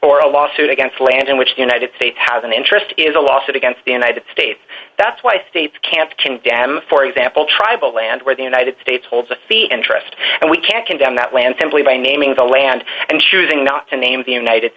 or a lawsuit against land in which the united states has an interest is a lawsuit against the united states that's why states can't condemn for example tribal land where the united states holds a fee and tourist and we can't condemn that land simply by naming the land and choosing not to name the united